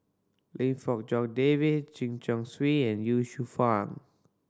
Lim Fong Jock David Chen Chong Swee and Ye Shufang